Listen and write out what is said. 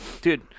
dude